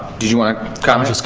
did you wanna comment?